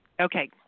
Okay